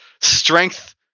Strength